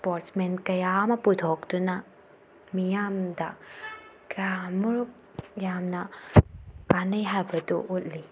sports ꯃꯦꯟ ꯀꯌꯥ ꯑꯃ ꯄꯨꯊꯣꯛꯇꯨꯅ ꯃꯤꯌꯥꯝꯗ ꯀꯌꯥꯝ ꯃꯨꯛ ꯌꯥꯝꯅ ꯀꯥꯟꯅꯩ ꯍꯥꯏꯕꯗꯨ ꯎꯠꯂꯤ